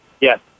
Yes